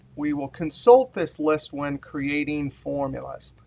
we will consult this list when creating formulas.